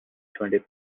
twenty